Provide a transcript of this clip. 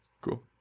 cool